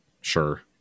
sure